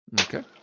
Okay